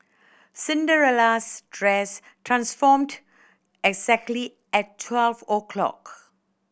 Cinderella's dress transformed exactly at twelve o'clock